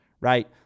Right